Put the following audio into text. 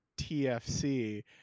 tfc